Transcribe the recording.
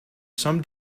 some